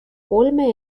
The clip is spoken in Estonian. kolme